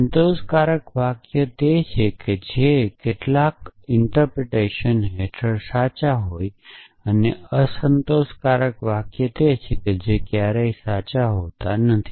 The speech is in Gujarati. સંતોષકારક વાક્યો તે છે જે કેટલાક અર્થઘટન હેઠળ સાચા હોય છે અને અસંતોષકારક વાક્યો તે છે જે ક્યારેય સાચા હોતા નથી